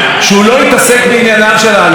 או להאמין לראש הממשלה נתניהו,